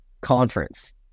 conference